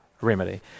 remedy